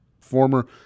former